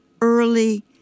early